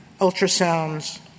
ultrasounds